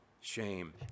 shame